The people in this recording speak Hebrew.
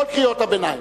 כל קריאות הביניים.